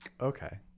Okay